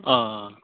अह